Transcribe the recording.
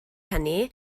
hynny